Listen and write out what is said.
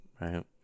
right